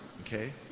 okay